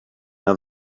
now